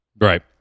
Right